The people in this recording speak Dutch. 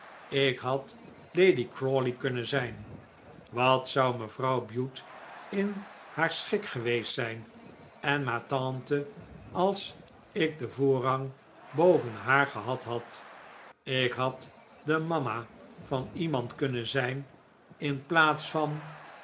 ik had lady crawley kunnen zijn wat zou mevrouw bute in haar schik geweest zijn en ma tante als ik den voorrang boven haar gehad had ik had de mama van iemand kunnen zijn in plaats van